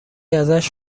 ازش